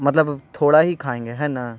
مطلب تھوڑا ہی کھائیں گے ہیں نا